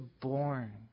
born